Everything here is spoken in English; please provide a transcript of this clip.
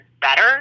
better